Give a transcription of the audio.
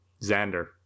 Xander